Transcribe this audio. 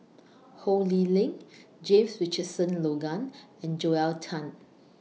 Ho Lee Ling James Richardson Logan and Joel Tan